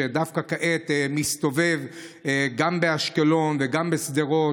שדווקא כעת מסתובב גם באשקלון וגם בשדרות,